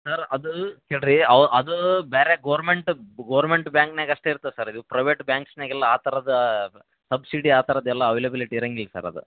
sir ಅದು ಕೇಳಿ ರೀ ಅವು ಅದು ಬೇರೆ ಗೋರ್ಮೆಂಟ್ ಗೋರ್ಮೆಂಟ್ ಬ್ಯಾಂಕ್ನಾಗೆ ಅಷ್ಟೆ ಇರ್ತದೆ ಸರ್ ಇದು ಪ್ರೈವೇಟ್ ಬಾಂಕ್ಸ್ನಾಗೆಲ್ಲ ಆ ಥರದ ಸಬ್ಸೀಡಿ ಆ ಥರದ್ದೆಲ್ಲ ಅವೈಲೆಬಿಲಿಟಿ ಇರಂಗಿಲ್ಲ ಸರ್ ಅದು